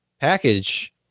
package